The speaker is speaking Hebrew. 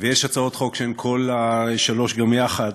ויש הצעות חוק שהן כל השלוש גם יחד,